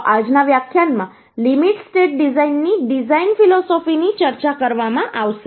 તો આજના વ્યાખ્યાનમાં લિમિટ સ્ટેટ ડિઝાઇનની ડિઝાઇન ફિલોસોફીની ચર્ચા કરવામાં આવશે